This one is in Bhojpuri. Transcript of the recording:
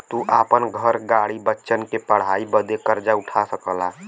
तू आपन घर, गाड़ी, बच्चन के पढ़ाई बदे कर्जा उठा सकला